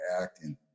acting